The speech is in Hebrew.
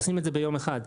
עושים את זה ביום אחד.